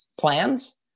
plans